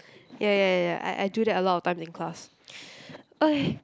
ya ya ya ya I I do that a lot of times in class okay